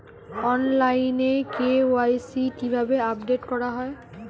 অনলাইনে কে.ওয়াই.সি কিভাবে আপডেট করা হয়?